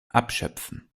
abschöpfen